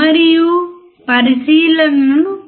మనము ఇన్పుట్ పెంచుతూనే ఉన్నాము అవుట్పుట్ను పెరుగుతూనే ఉంటుంది